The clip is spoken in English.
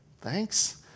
Thanks